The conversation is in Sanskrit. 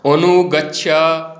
अनुगच्छ